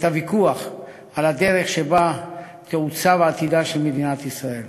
ואת הוויכוח על הדרך שבה יעוצב עתידה של מדינת ישראל.